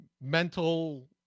mental